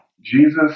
Jesus